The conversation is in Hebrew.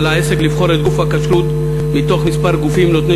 לעסק לבחור את גוף הכשרות מתוך מספר גופים נותני